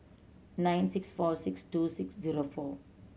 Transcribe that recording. nine six four six two six zero four